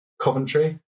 Coventry